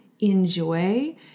enjoy